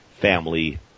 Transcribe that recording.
family